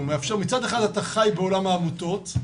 מצד אחד אתה חי בעולם העמותות,